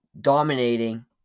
dominating